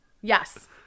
yes